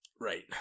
right